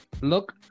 look